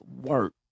work